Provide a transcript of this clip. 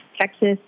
Texas